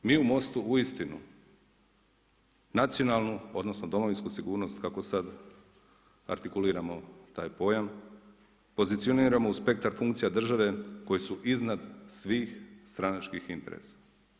Mi u Mostu uistinu nacionalnu, odnosno, domovinsku sigurnost, kako sad artikuliramo taj pojam, pozicioniramo u spektar funkcije države koje su iznad svih stranačkih interesa.